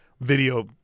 video